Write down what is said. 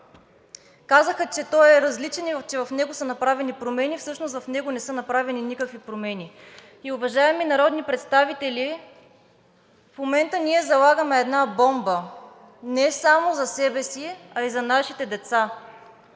казаха, че той е различен и че в него са направени промени. Всъщност в него не са направени никакви промени. И уважаеми народни представители, в момента ние залагаме една бомба не само за себе си, а и за нашите деца.